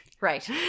Right